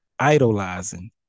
idolizing